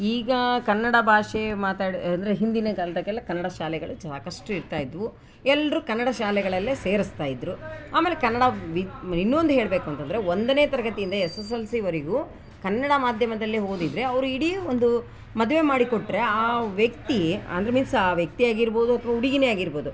ಈಗ ಕನ್ನಡ ಭಾಷೆ ಮಾತಾಡು ಅಂದರೆ ಹಿಂದಿನ ಕಾಲ್ದಾಗೆಲ್ಲ ಕನ್ನಡ ಶಾಲೆಗಳು ಹೆಚ್ಚು ಸಾಕಷ್ಟ್ ಇರ್ತಾ ಇದ್ವು ಎಲ್ಲರು ಕನ್ನಡ ಶಾಲೆಗಳಲ್ಲೇ ಸೇರಿಸ್ತ ಇದ್ರು ಆಮೇಲೆ ಕನ್ನಡ ಬಿದ್ದು ಇನ್ನೂ ಒಂದು ಹೇಳಬೇಕು ಅಂತಂದರೆ ಒಂದನೇ ತರಗತಿಯಿಂದ ಎಸ್ಸಸಲ್ಸಿವರೆಗು ಕನ್ನಡ ಮಾಧ್ಯಮದಲ್ಲೇ ಓದಿದರೆ ಅವ್ರು ಇಡಿ ಒಂದು ಮದುವೆ ಮಾಡಿಕೊಟ್ಟರೆ ಆ ವ್ಯಕ್ತಿ ಅಂದ್ರು ಮೀನ್ಸ್ ಆ ವ್ಯಕ್ತಿಯಾಗಿರ್ಬೋದು ಅಥ್ವ ಹುಡ್ಗಿನೆ ಆಗಿರ್ಬೋದು